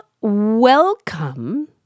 welcome